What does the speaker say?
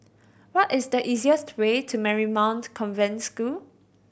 what is the easiest way to Marymount Convent School